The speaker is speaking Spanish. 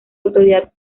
autoridad